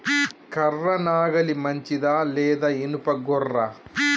కర్ర నాగలి మంచిదా లేదా? ఇనుప గొర్ర?